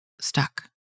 stuck